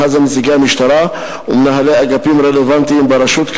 ובכלל זה נציגי המשטרה ומנהלי אגפים רלוונטיים ברשות,